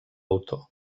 autor